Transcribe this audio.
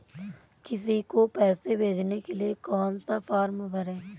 किसी को पैसे भेजने के लिए कौन सा फॉर्म भरें?